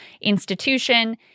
institution